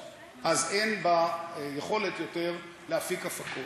אז אין בה יכולת יותר להפיק הפקות.